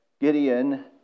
Gideon